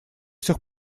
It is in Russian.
сих